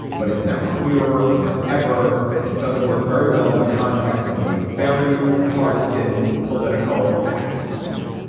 but it's now clearer than ever that it doesn't work very well in the context of a very partisan political atmosphere.